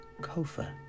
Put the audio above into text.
Kofa